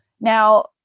Now